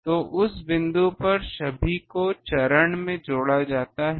तो उस बिंदु पर सभी को चरण में जोड़ा जाता है